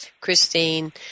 Christine